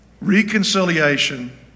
Reconciliation